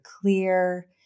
clear